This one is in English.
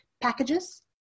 packages